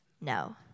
No